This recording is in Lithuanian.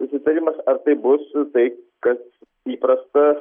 susitarimas ar tai bus tai kas įprasta